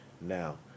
Now